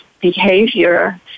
behavior